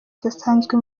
idasanzwe